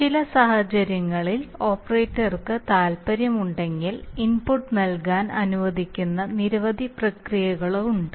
ചില സാഹചര്യങ്ങളിൽ ഓപ്പറേറ്റർക്ക് താൽപ്പര്യമുണ്ടെങ്കിൽ ഇൻപുട്ട് നൽകാൻ അനുവദിക്കുന്ന നിരവധി പ്രക്രിയകളുണ്ട്